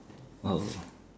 oh